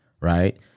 right